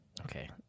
Okay